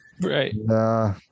right